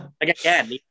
again